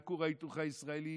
מכור ההיתוך הישראלי,